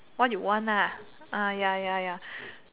what you want lah ah ya ya ya